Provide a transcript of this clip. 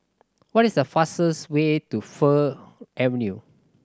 what is the fastest way to Fir Avenue